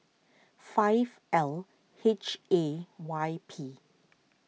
five L H A Y P